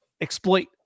exploit